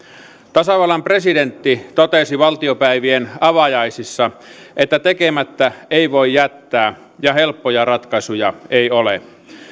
tasavallan presidentti totesi valtiopäivien avajaisissa että tekemättä ei voi jättää ja helppoja ratkaisuja ei ole